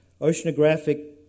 oceanographic